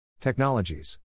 Technologies